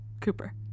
Cooper